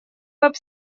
веб